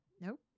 Nope